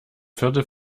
viertel